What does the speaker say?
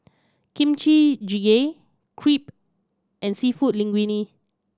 Kimchi Jjigae Crepe and Seafood Linguine